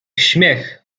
śmiech